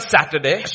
Saturday